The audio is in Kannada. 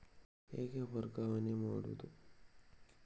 ಹೇಗೆ ವರ್ಗಾವಣೆ ಮಾಡುದು?